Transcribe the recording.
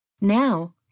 Now-